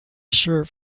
shirt